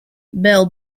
bell